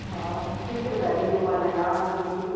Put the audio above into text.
हय तीस रुपया बी दिवपा जायना दुदी